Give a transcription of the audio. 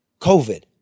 COVID